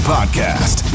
Podcast